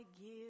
give